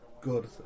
good